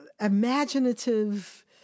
imaginative